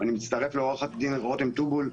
אני מצטרף לעו"ד רותם טובול,